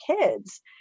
kids